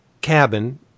cabin